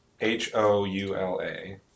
H-O-U-L-A